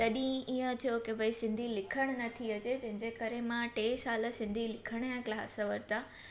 तॾहिं ईअं थियो के भई सिंधी लिखणु नथी अचे जंहिंजे करे मां टे साल सिंधी लिखण जा क्लास वरिता